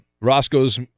Roscoe's